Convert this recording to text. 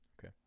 Okay